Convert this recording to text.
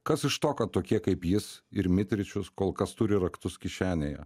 kas iš to kad tokie kaip jis ir mitričius kol kas turi raktus kišenėje